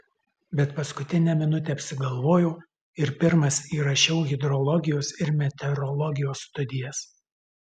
bet paskutinę minutę apsigalvojau ir pirmas įrašiau hidrologijos ir meteorologijos studijas